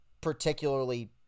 particularly